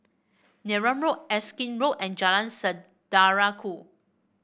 Neram Road Erskine Road and Jalan Saudara Ku